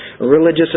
Religious